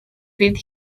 fydd